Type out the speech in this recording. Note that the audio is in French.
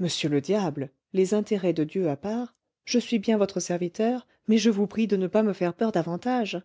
monsieur le diable les intérêts de dieu à part je suis bien votre serviteur mais je vous prie de ne pas me faire peur davantage